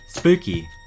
Spooky